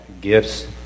gifts